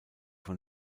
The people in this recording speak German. vor